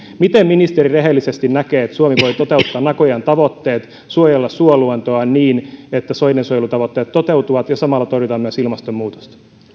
miten ministeri rehellisesti näkee miten suomi voi toteuttaa nagoyan tavoitteet suojella suoluontoaan niin että soidensuojelutavoitteet toteutuvat ja samalla torjutaan myös ilmastonmuutosta